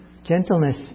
Gentleness